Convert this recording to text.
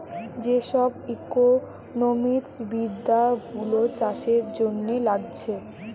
যে সব ইকোনোমিক্স বিদ্যা গুলো চাষের জন্যে লাগছে